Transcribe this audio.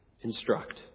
Instruct